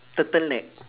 turtle neck